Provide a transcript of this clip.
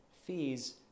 fees